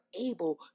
able